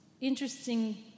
interesting